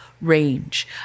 range